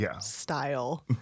style